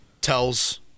Tells